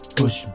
push